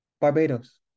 Barbados